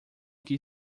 que